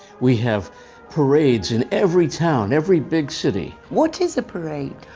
we have parades in every town, every big city. what is a parade?